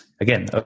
again